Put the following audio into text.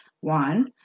one